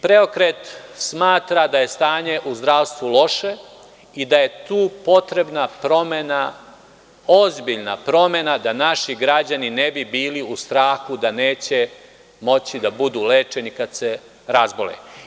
Preokret smatra da je stanje u zdravstvu loše i da je tu potrebna promena ozbiljna promena da naši građani ne bi bili u strahu da neće moći da budu lečeni kad se razbole.